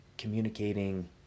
communicating